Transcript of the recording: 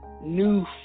new